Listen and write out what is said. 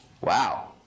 Wow